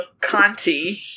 Conti